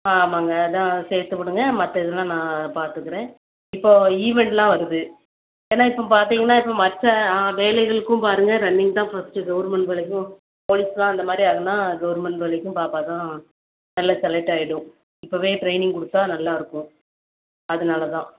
ஆ ஆமாங்க அதுதான் சேர்த்து விடுங்க மற்ற இதெல்லாம் நான் பார்த்துக்குறேன் இப்போது ஈவென்ட்லாம் வருது ஏன்னா இப்போம் பார்த்தீங்கன்னா இப்போ மற்ற வேலைகளுக்கும் பாருங்கள் ரன்னிங் தான் ஃபஸ்ட்டு கவுர்மெண்ட்டு வேலைக்கும் போலீஸ்லாம் அந்தமாதிரி ஆகணும்னா கவுர்மெண்ட் வேலைக்கும் பாப்பா தான் நல்லா செலக்ட் ஆயிடும் இப்பவே ட்ரைனிங் கொடுத்தா நல்லா இருக்கும் அதனால தான்